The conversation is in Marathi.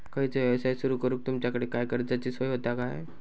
खयचो यवसाय सुरू करूक तुमच्याकडे काय कर्जाची सोय होता काय?